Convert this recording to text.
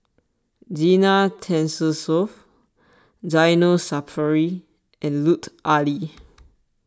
Zena Tessensohn Zainal Sapari and Lut Ali